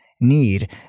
need